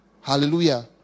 Hallelujah